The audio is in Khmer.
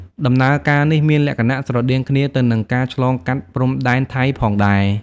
ដំណើរការនេះមានលក្ខណៈស្រដៀងគ្នាទៅនឹងការឆ្លងកាត់ព្រំដែនថៃផងដែរ។